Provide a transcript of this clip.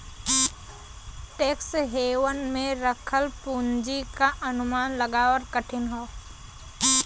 tax haven में रखल पूंजी क अनुमान लगाना कठिन हौ